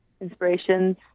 inspirations